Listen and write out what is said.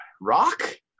Rock